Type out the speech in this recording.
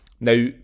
Now